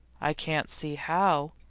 i can't see how,